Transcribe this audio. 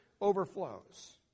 overflows